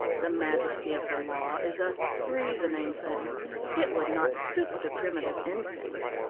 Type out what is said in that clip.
the majesty-of-the-law is a reasoning thing it would not stoop to primitive instincts.